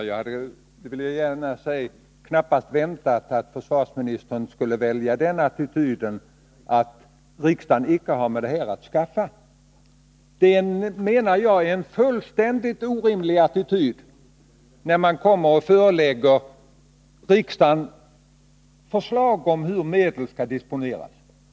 Herr talman! Jag hade knappast väntat att försvarsministern skulle välja att inta attityden, att riksdagen inte har med den här saken att skaffa. Det är en fullständigt orimlig attityd. Regeringen förelägger ju riksdagen förslag om hur medlen skall disponeras.